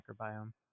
microbiome